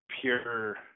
pure